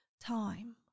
time